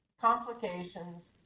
complications